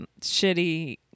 shitty